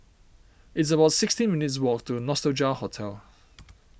it's about sixteen minutes' walk to Nostalgia Hotel